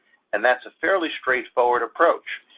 and that's a fairly straightforward approach.